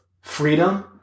freedom